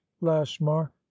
lashmar